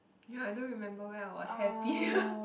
ya I don't remember when I was happy